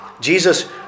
Jesus